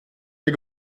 der